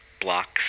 blocks